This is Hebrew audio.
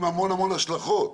עם המון המון השלכות.